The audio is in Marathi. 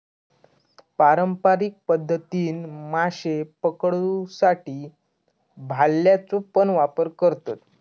पारंपारिक पध्दतीन माशे पकडुसाठी भाल्याचो पण वापर करतत